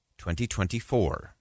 2024